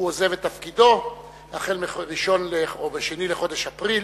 הוא עוזב את תפקידו החל מ-2 בחודש אפריל,